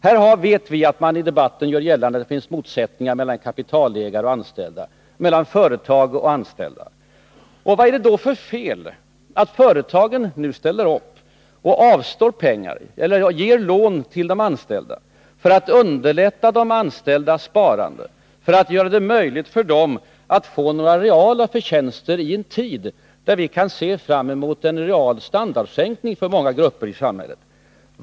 Vi vet att man i debatten gör gällande att det finns motsättningar mellan kapitalägare och anställda, mellan företag och anställda. Vad är det då för fel att företagen nu ställer upp och ger lån till de anställda för att underlätta de anställdas sparande och göra det möjligt för dem att få några reala förtjänster ien tid, då vi kan se fram emot en real standardsänkning för många grupper i samhället?